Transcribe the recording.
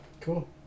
Cool